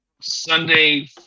sunday